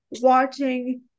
watching